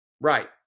Right